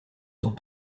sont